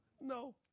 No